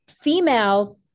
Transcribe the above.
female